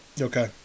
Okay